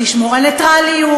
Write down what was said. לשמור על נייטרליות,